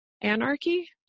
anarchy